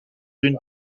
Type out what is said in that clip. d’une